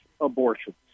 abortions